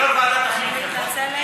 יו"ר ועדת החינוך יכול?